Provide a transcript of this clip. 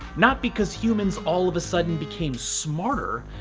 not because humans all of a sudden became smarter,